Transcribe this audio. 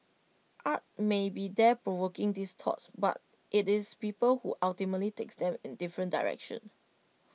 art may be there provoking these thoughts but IT is people who ultimately take them in different directions